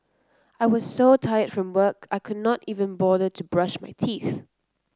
I was so tired from work I could not even bother to brush my teeth